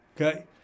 Okay